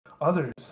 others